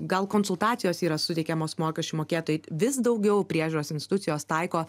gal konsultacijos yra suteikiamos mokesčių mokėtojų vis daugiau priežiūros institucijos taiko